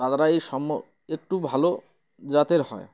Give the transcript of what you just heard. তারা এই একটু ভালো জাতের হয়